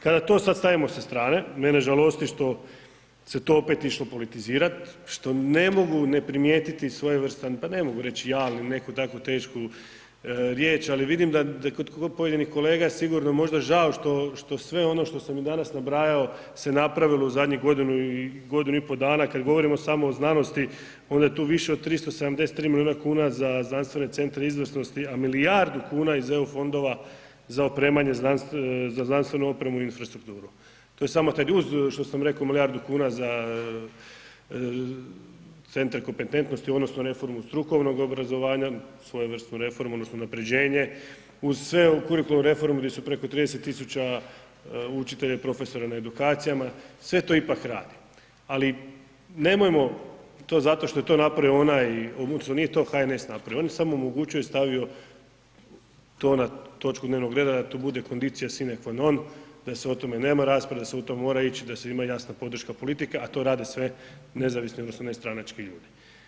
Kada to sad stavimo sa strane, mene žalosti što se to opet išlo politizirat, što ne mogu ne primijetiti svojevrstan, pa ne mogu reći javnim, neku tako tešku riječ, ali vidim da kod pojedinih kolega sigurno možda žao što sve ono što sam i danas nabrajao se napravilo u zadnjih godinu, godinu i po dana, kad govorimo samo o znanosti, onda je tu više od 373 milijuna kuna za znanstvene centre izvrsnosti, a milijardu kuna iz EU fondova za opremanje, za znanstvenu opremu i infrastrukturu, to je samo… [[Govornik se ne razumije]] što sam rekao milijardu kuna za centre kompetentnosti odnosno reformu strukovnog obrazovanja, svojevrsnu reformu odnosno unapređenje, uz sve ovo kurikularnu reformu di su preko 30 000 učitelja i profesora na edukacijama, sve to ipak radi, ali nemojmo to zato što je to napravio onaj odnosno nije to HNS napravio, on je samo omogućio i stavio to na točku dnevnog reda da to bude kondicija… [[Govornik se ne razumije]] da se o tome nema rasprave, da se u to mora ići, da se ima jasna podrška politike, a to rade sve nezavisne odnosno nestranački ljudi.